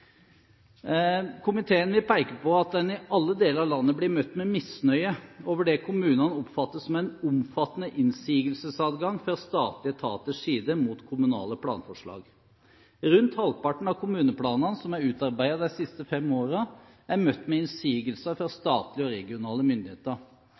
Komiteen vil peke på at en i alle deler av landet blir møtt med misnøye over det kommunene oppfatter som en omfattende innsigelsesadgang fra statlige etaters side mot kommunale planforslag. Rundt halvparten av kommuneplanene som er utarbeidet de siste fem årene, er møtt med innsigelser fra